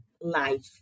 life